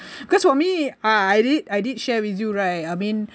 cause for me I I did I did share with you right I mean